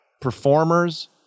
performers